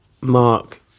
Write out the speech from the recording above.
Mark